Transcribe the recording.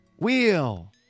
Wheel